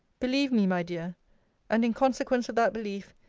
believe me, my dear and, in consequence of that belief,